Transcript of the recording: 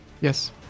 Yes